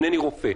אינני רופא,